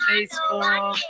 Facebook